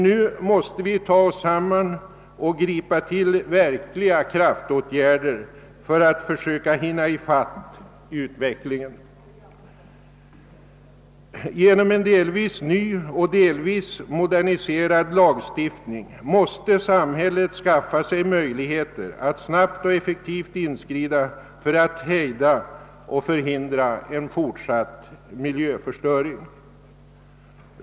Nu måste vi ta oss samman och gripa till verkliga kraftåtgärder för att försöka hinna ifatt utvecklingen. Genom en delvis ny och delvis moderniserad lagstiftning måste samhället skaffa sig möjligheter att snabbt och effektivt inskrida för att hejda och förhindra en fortsatt miljöförstöring.